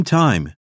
time